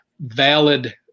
valid